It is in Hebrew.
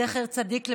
זכר צדיק לברכה,